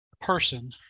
person